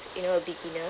you know a beginner